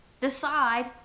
decide